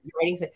writing